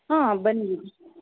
ಹಾಂ ಬನ್ನಿ